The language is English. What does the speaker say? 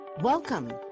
Welcome